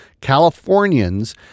Californians